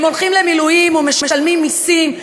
הם הולכים למילואים ומשלמים מסים,